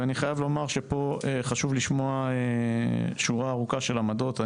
אני חייב לומר שפה חשוב לשמוע שורה ארוכה של עמדות.